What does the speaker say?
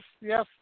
yes